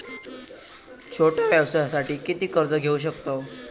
छोट्या व्यवसायासाठी किती कर्ज घेऊ शकतव?